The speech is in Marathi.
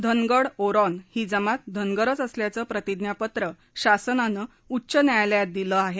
धनगड ओरॉन ही जमात धनगरच असल्याचं प्रतिज्ञापत्र शासनानं उच्च न्यायालयात दिलय